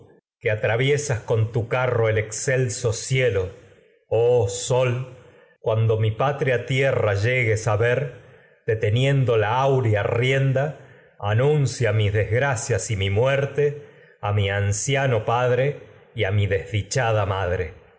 que atraviesas con tu carro el excelso cuando mi patria tie rra llegues a ver deteniendo la áurea rienda anuncia desgracias y mis mi muerte a mi anciano padre y a mi ciertamente que desdichada madre